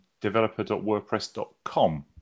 developer.wordpress.com